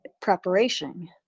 preparation